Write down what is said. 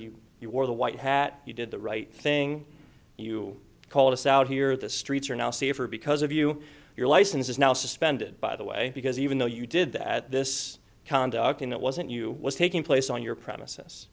you you were the white hat you did the right thing you called us out here the streets are now safer because of you your license is now suspended by the way because even though you did that this conduct and it wasn't you was taking place on your premises